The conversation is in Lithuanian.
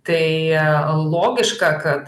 tai logiška kad